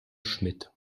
schmidt